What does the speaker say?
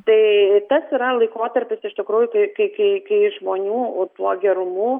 tai tas yra laikotarpis iš tikrųjų kai kai kai kai žmonių tuo gerumu